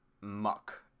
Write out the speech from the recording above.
muck